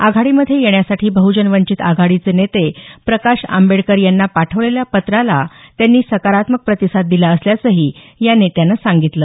आघाडीमध्ये येण्यासाठी बहुजन वंचित आघाडीचे नेते प्रकाश आंबेडकर यांना पाठवलेल्या पत्राला त्यांनी सकारात्मक प्रतिसाद दिला असल्याचंही या नेत्यानं सांगितलं